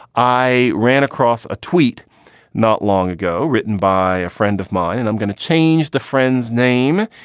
i ran across a tweet not long ago written by a friend of mine, and i'm gonna change the friend's name.